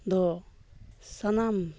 ᱫᱚ ᱥᱟᱱᱟᱢ